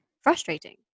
frustrating